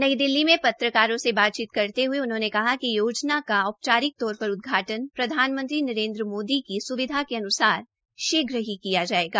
नई दिल्ली में पत्रकारों से बातचीत करते हये उन्होंने कहा कि इस योजना का औपचारिक तौर पर उदघाटन प्रधानमंत्री नरेन्द्र की स्विधा के अन्सार शीघ्र ही किया जायेगा